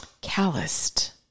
Calloused